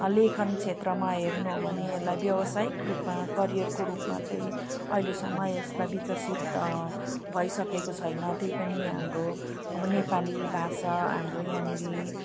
लेखन क्षेत्रमा हेर्नु हो भने यसलाई व्यवसायिक रूपमा करियरको रूपमा चाहिँ अहिलेसम्म यसलाई विकसित भइसकेको छैन त्यही पनि हाम्रो अब नेपाली भाषा हाम्रो यहाँनेरि